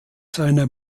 seiner